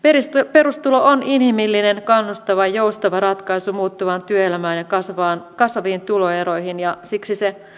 perustulo on inhimillinen kannustava ja joustava ratkaisu muuttuvaan työelämään ja kasvaviin tuloeroihin ja siksi se